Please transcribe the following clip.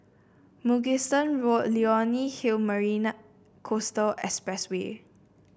Mugliston Road Leonie Hill Marina Coastal Expressway